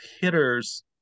hitters